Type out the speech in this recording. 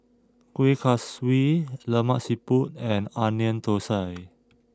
Kueh Kaswi Lemak Siput and Onion Thosai